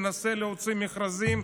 מנסה להוציא מכרזים,